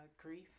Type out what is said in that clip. grief